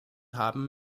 haben